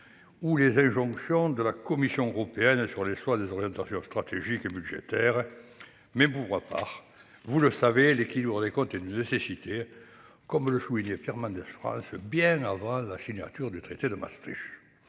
et les injonctions de la Commission européenne sur le choix des orientations stratégiques et budgétaires. Pour ma part, j'estime que l'équilibre des comptes est une nécessité, comme le soulignait Pierre Mendès France bien avant la signature du traité de Maastricht.